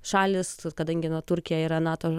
šalys kadangi na turkija yra nato